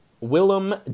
Willem